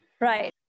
Right